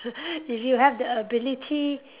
if you have the ability